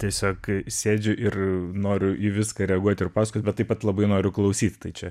tiesiog sėdžiu ir noriu į viską reaguot ir pasakot bet taip pat labai noriu klausyt tai čia